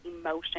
emotion